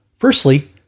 Firstly